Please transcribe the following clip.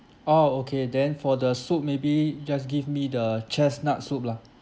oh okay then for the soup maybe just give me the chestnut soup lah